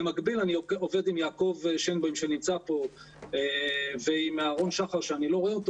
במקביל אני עובד עם יעקב שנבוים שנמצא פה ועם אהרון שחר שאני לא רואה,